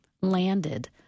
landed